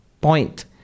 point